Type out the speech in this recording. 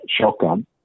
shotgun